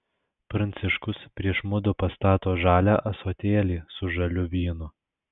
pranciškus prieš mudu pastato žalią ąsotėlį su žaliu vynu